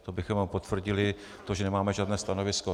To bychom jenom potvrdili to, že nemáme žádné stanovisko.